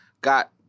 got